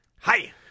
Hi